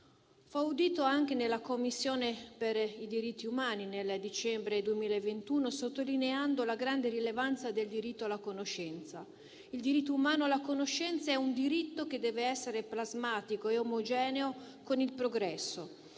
Fu audito anche dalla Commissione per i diritti umani nel dicembre 2021, dove sottolineò la grande rilevanza del diritto alla conoscenza: il diritto umano alla conoscenza deve essere plasmatico e omogeneo con il progresso